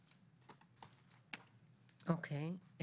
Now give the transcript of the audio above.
אוקיי.